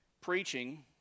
preaching